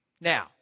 Now